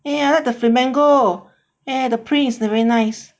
eh I like the flamingo eh the prints very nice